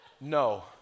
No